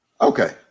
Okay